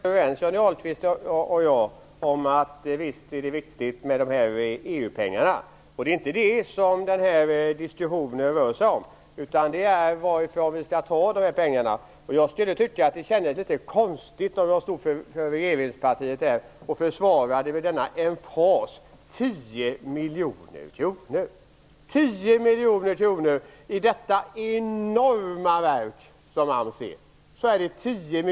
Fru talman! Jag tror att Johnny Ahlqvist och jag kan vara överens om att det är viktigt med EU pengarna. Det är inte det som den här diskussionen gäller, utan det är varifrån vi skall ta de här pengarna. Jag skulle tycka att det kändes litet konstigt om jag här för regeringspartiets räkning med sådan emfas försvarade 10 miljoner kronor.